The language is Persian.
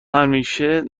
همیشه